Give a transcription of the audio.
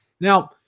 Now